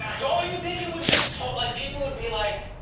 don't you think it would just totally like people would be like,